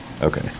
Okay